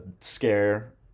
scare